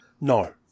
No